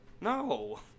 No